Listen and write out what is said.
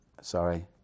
sorry